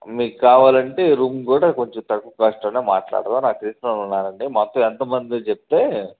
మీకు కావాలంటే రూమ్ కూడా కొంచెం తక్కువ కాస్ట్లోనే మాట్లాడదాము నాకు తెలిసినోళ్ళు ఉన్నారండి మొత్తం ఎంతమందో చెప్తే